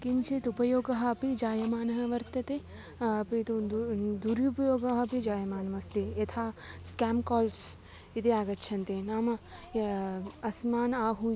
किञ्चित् उपयोगः अपि जायमानः वर्तते अपि तु दुरुपयोगः अपि जायमानमस्ति यथा स्केम् काल्स् इति आगच्छन्ति नाम अस्मान् आहूय